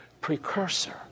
precursor